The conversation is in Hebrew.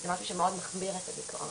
זה משהו שמאוד מחמיר את הדיכאון.